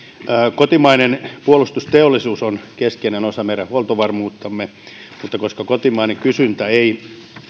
kotimainen puolustusteollisuus on keskeinen osa meidän huoltovarmuuttamme mutta koska kotimainen kysyntä ei